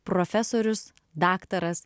profesorius daktaras